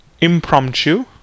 impromptu